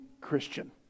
Christian